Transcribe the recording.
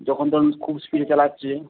যখন ধরুন খুব স্পিডে চালাচ্ছে